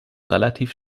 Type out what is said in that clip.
relativ